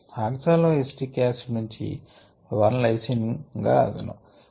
ఆక్సాలో acetic acid నుంచి l lysine గా అగును